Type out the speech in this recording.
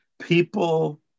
People